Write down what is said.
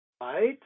Right